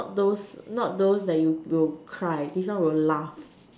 not those not those that you will cry this one will laugh